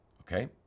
okay